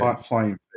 Flying